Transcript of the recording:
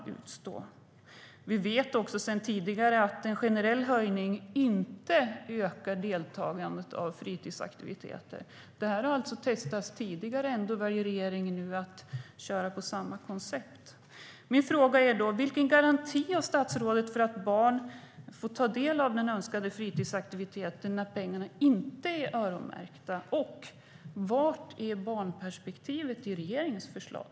Vi vet sedan tidigare att en generell höjning inte ökar deltagandet i fritidsaktiviteter. Detta har testats tidigare, och ändå väljer regeringen nu att köra på samma koncept. Min fråga är: Vilken garanti har statsrådet för att barn får ta del av den önskade fritidsaktiviteten när pengarna inte är öronmärkta, och var är barnperspektivet i regeringens förslag?